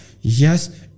yes